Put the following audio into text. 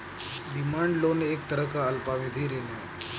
demand loan एक तरह का अल्पावधि ऋण है